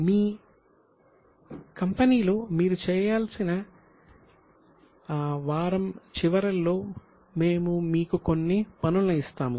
మీరు ఆ కంపెనీ కి సంబంధించి చేయాల్సిన కొన్ని పనులను వారం చివరిలో మేము మీకు ఇస్తాము